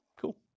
Cool